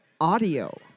Audio